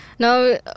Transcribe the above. Now